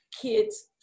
kids